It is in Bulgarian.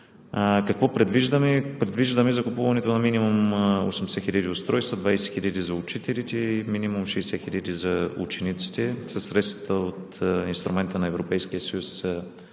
Какво предвиждаме? Предвиждаме закупуването на минимум 80 000 устройства – 20 000 за учителите и минимум 60 000 за учениците, със средствата от инструмента на Европейския съюз